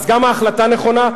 אז גם ההחלטה נכונה,